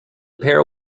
pair